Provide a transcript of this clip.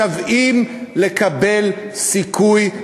משוועים לקבל סיכוי,